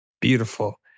Beautiful